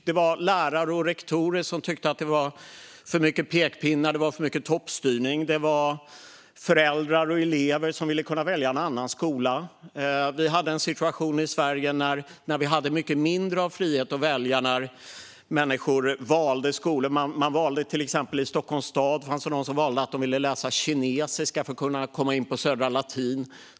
Det var lärare och rektorer som tyckte att det var för mycket pekpinnar och för mycket toppstyrning. Det var föräldrar och elever som ville kunna välja en annan skola. Vi hade en situation i Sverige där vi hade mycket mindre av frihet att välja. I Stockholms stad fanns det de som valde att läsa kinesiska för att komma in på Södra Latin.